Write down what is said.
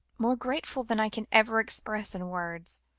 more grateful than i can ever express in words.